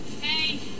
Hey